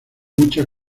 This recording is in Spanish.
mucha